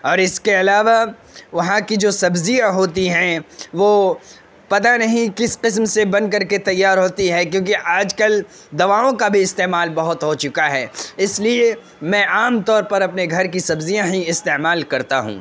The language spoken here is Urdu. اور اس کے علاوہ وہاں کی جو سبزیاں ہوتی ہیں وہ پتا نہیں کس قسم سے بن کر کے تیار ہوتی ہیں كیوںكہ آج كل دواؤں كا بھی استعمال بہت ہو چکا ہے اس لیے میں عام طور پر اپنے گھر کی سبزیاں ہی استعمال کرتا ہوں